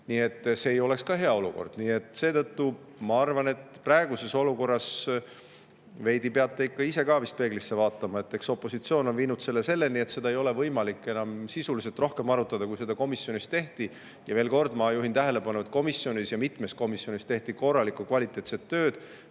Nii et see ei oleks ka hea olukord. Seetõttu ma arvan, et praeguses olukorras veidi peate ikka ise ka vist peeglisse vaatama. Eks opositsioon on viinud selle sinnani, et seda ei ole võimalik enam sisuliselt rohkem arutada, kui seda komisjonis tehti. Veel kord: ma juhin tähelepanu, et mitmes komisjonis tehti korralikku, kvaliteetset tööd